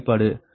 P23 minus 49